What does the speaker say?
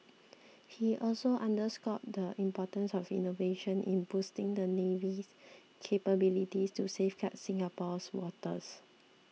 he also underscored the importance of innovation in boosting the navy's capabilities to safeguard Singapore's waters